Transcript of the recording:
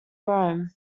rome